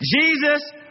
Jesus